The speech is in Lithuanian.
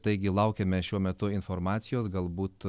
taigi laukiame šiuo metu informacijos galbūt